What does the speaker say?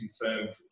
confirmed